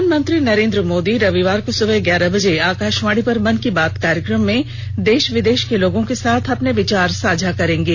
प्रधानमंत्री नरेंद्र मोदी रविवार को सुबह ग्यारह बजे आकाशवाणी पर मन की बात कार्यक्रम में देश विदेश के लोगों के साथ अपने विचार साझा करेंगे